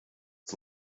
was